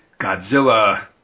Godzilla